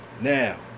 Now